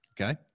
Okay